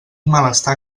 malestar